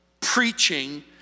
preaching